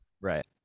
right